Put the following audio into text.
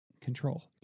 control